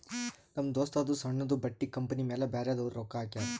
ನಮ್ ದೋಸ್ತದೂ ಸಣ್ಣುದು ಬಟ್ಟಿ ಕಂಪನಿ ಮ್ಯಾಲ ಬ್ಯಾರೆದವ್ರು ರೊಕ್ಕಾ ಹಾಕ್ಯಾರ್